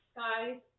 guys